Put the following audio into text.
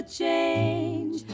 change